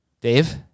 Dave